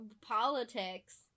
politics